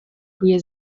روی